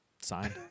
signed